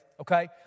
Okay